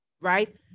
right